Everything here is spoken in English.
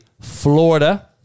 Florida